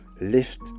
lift